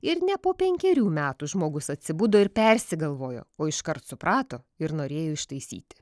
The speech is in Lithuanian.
ir ne po penkerių metų žmogus atsibudo ir persigalvojo o iškart suprato ir norėjo ištaisyti